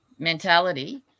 mentality